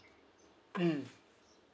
mm